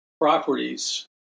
properties